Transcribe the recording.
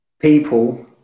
people